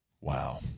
Wow